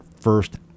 first